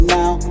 now